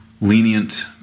lenient